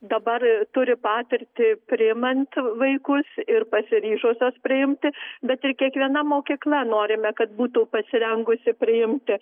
dabar turi patirtį priimant vaikus ir pasiryžusios priimti bet ir kiekviena mokykla norime kad būtų pasirengusi priimti